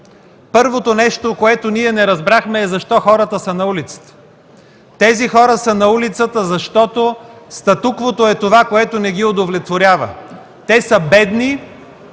Първото нещо, което не разбрахме, е защо хората са на улицата. Тези хора са на улицата, защото статуквото е това, което не ги удовлетворява. Те са бедни,